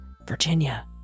Virginia